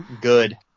good